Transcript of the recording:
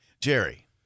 Jerry